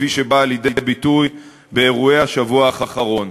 כפי שבאה לידי ביטוי באירועי השבוע האחרון.